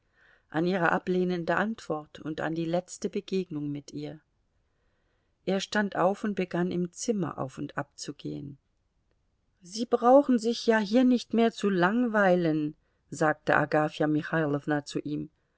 an die letzte begegnung mit ihr er stand auf und begann im zimmer auf und ab zu gehen sie brauchten sich ja hier nicht mehr zu langweilen sagte agafja michailowna zu ihm